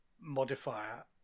modifier